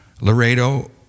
Laredo